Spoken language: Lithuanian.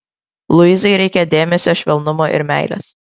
luizai reikia dėmesio švelnumo ir meilės